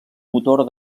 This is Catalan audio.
motor